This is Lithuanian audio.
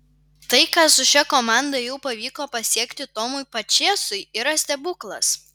tai ką su šia komanda jau pavyko pasiekti tomui pačėsui yra stebuklas